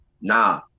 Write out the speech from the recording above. Nah